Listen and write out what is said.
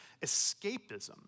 escapism